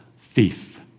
thief